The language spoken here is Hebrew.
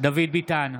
דוד ביטן,